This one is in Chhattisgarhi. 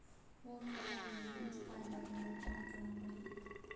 मोर खाता ले लोन चुकाय बर मोला कौन करना पड़ही?